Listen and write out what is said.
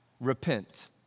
repent